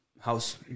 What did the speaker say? house